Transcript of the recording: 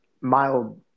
mild